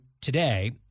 today